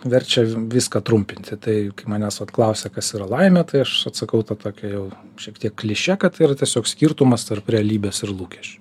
verčia viską trumpinti tai kai manęs klausia kas yra laimė tai aš atsakau ta tokia jau šiek tiek kliše kad tai yra tiesiog skirtumas tarp realybės ir lūkesčių